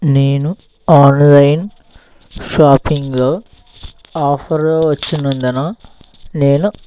నేను ఆన్లైన్ షాపింగ్లో ఆఫర్ వచ్చినందున నేను